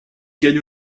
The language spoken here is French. gagne